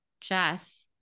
Jess